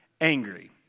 angry